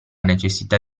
necessità